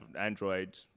Android